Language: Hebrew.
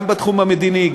גם בתחום המדיני,